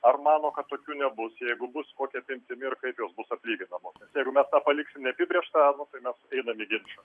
ar mano kad tokių nebus jeigu bus kokia apimtimi ir kaip jos bus atlyginamos jeigu mes tą paliksim neapibrėžtą nu tai einam į ginčą